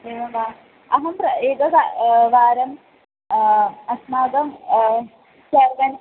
एवं वा अहं प्र एतद् वारम् अस्माकं सर्वे